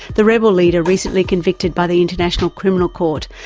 the rebel leader recently conflicted by the international criminal court,